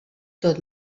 tot